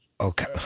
Okay